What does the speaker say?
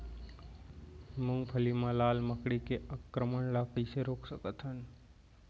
मूंगफली मा लाल मकड़ी के आक्रमण ला कइसे रोक सकत हन?